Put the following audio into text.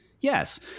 yes